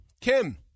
Kim